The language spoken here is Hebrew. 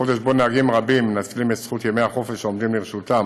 חודש שבו נהגים רבים מנצלים את ימי החופש העומדים לרשותם,